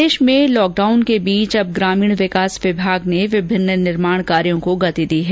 प्रदेश में लॉकडाउन के बीच अब ग्रामीण विकास विभाग ने विभिन्न निर्माण कार्यों को गति दी है